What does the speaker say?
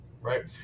Right